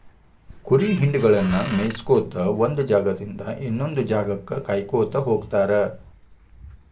ಕುರಿ ಹಿಂಡಗಳನ್ನ ಮೇಯಿಸ್ಕೊತ ಒಂದ್ ಜಾಗದಿಂದ ಇನ್ನೊಂದ್ ಜಾಗಕ್ಕ ಕಾಯ್ಕೋತ ಹೋಗತಾರ